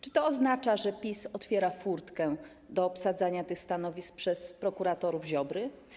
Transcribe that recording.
Czy to oznacza, że PiS otwiera furtkę do obsadzania tych stanowisk przez prokuratorów Ziobry?